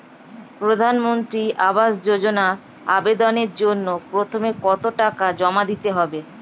প্রধানমন্ত্রী আবাস যোজনায় আবেদনের জন্য প্রথমে কত টাকা জমা দিতে হবে?